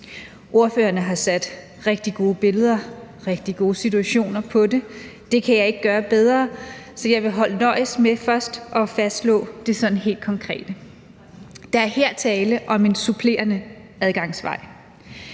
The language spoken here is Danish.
Ordførerne har sat rigtig gode billeder, rigtig gode situationer på det. Det kan jeg ikke gøre bedre, så jeg vil nøjes med først at fastslå det sådan helt konkrete. Der er her tale om en supplerende adgangsvej.